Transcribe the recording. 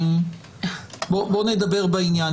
נדבר בעניין.